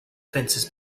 fences